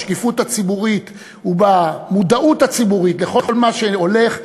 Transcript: בשקיפות הציבורית ובמודעות הציבורית לכל מה שהולך,